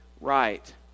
right